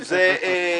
הפוליטי.